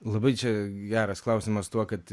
labai čia geras klausimas tuo kad